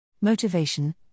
Motivation